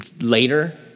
later